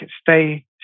Stay